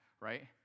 right